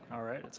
alright it's